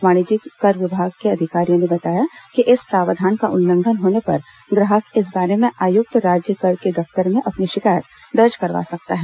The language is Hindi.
वाणिज्यिक कर विभाग के अधिकारियों ने बताया कि इस प्रावधान का उल्लंघन होने पर ग्राहक इस बारे में आयुक्त राज्य कर के दफ्तर में अपनी शिकायत दर्ज करवा सकता है